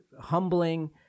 humbling